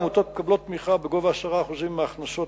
העמותות מקבלות תמיכה בגובה 10% מההכנסות